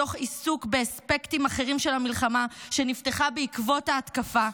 מתוך עיסוק באספקטים אחרים של המלחמה שנפתחה בעקבות ההתקפה,